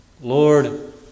Lord